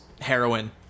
heroin